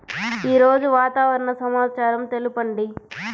ఈరోజు వాతావరణ సమాచారం తెలుపండి